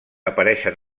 apareixen